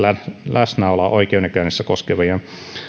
läsnäoloa oikeudenkäynnissä koskevien